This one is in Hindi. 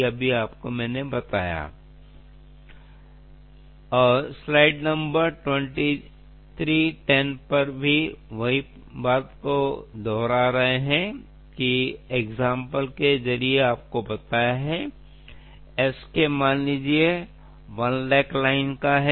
2 को शक्ति 4 जो कि 16 गुना है